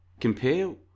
Compare